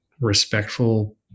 respectful